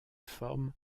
forme